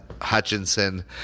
hutchinson